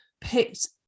picked